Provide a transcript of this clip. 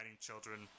children